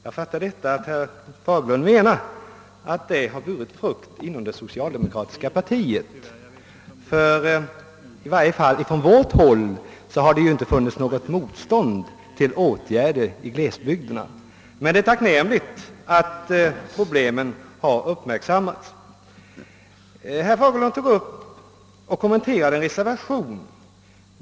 Jag fattar detta uttalande så att herr Fagerlund menar att upplysningsverksamheten burit frukt inom det socialdemokratiska partiet, eftersom det i varje fall inte från vårt håll har fun nits något motstånd mot åtgärder för glesbygderna. Det är ju tacknämligt att problemen nu har uppmärksammats. Herr Fagerlund kommenterade vidare en reservation.